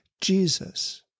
Jesus